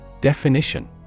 Definition